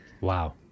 Wow